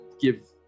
give